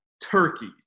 turkey